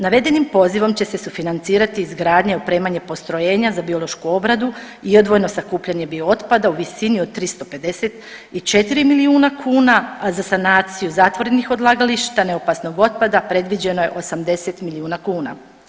Navedenim pozivom će se sufinancirati i izgradnja i opremanje postrojenja za biološku obradu i odvojeno sakupljanje biootpada u visini od 354 milijuna kuna a za sanaciju zatvorenih odlagališta neopasnog otpada predviđeno je 80 milijuna kuna.